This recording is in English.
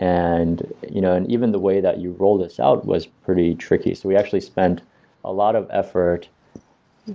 and you know, and even the way that you roll this out was pretty tricky. so we actually spent a lot of effort